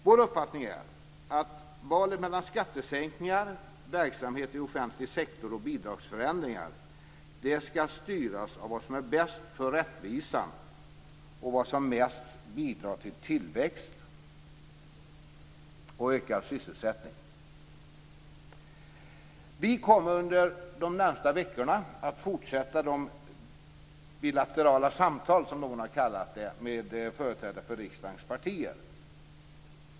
Vår uppfattning är att valet mellan skattesänkningar, verksamhet i offentlig sektor och bidragsförändringar skall styras av vad som är bäst för rättvisan och vad som mest bidrar till tillväxt och ökad sysselsättning. Vi kommer under de närmaste veckorna att fortsätta de bilaterala samtal, som någon har kallat det, med företrädare för riksdagens partier.